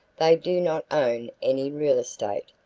they do not own any real estate,